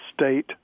state